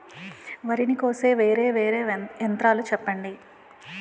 వరి ని కోసే వేరా వేరా యంత్రాలు చెప్పండి?